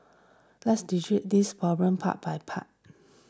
let's dissect this problem part by part